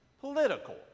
political